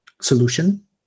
Solution